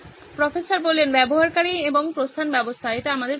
professor ব্যবহারকারী এবং প্রস্থান ব্যবস্থা এটি আমাদের প্রয়োজন